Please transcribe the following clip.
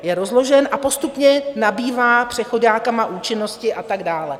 Je rozložen a postupně nabývá přechoďákama účinnosti a tak dále.